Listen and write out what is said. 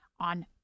on